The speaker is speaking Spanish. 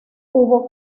hubo